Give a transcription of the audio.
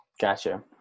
Gotcha